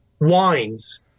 wines